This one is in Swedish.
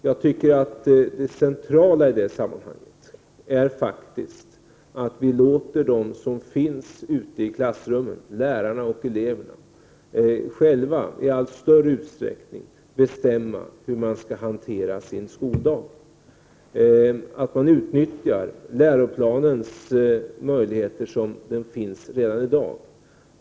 Jag tycker att det centrala i det sammanhanget faktiskt är att vi låter dem som finns ute i klassrummen, lärarna och eleverna, själva i allt större utsträckning bestämma hur de skall hantera sin skoldag och utnyttja de möjligheter som läroplanen ger redan i dag.